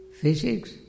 physics